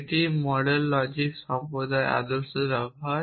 এটি model logic সম্প্রদায়ে আদর্শ ব্যবহার